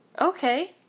Okay